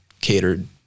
catered